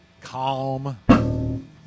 Calm